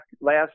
last